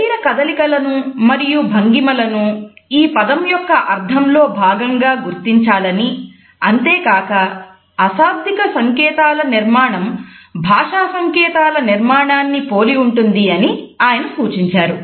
శరీర కదలికలను మరియు భంగిమలను ఈ పదం యొక్క అర్థంలో భాగంగా గుర్తించాలని అంతేకాక అశాబ్దిక సంకేతాల నిర్మాణం భాషా సంకేతాల నిర్మాణాన్ని పోలి ఉంటుంది అని ఆయన సూచించారు